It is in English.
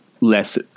less